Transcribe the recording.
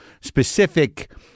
specific